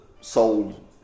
sold